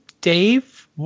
Dave